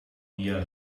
mir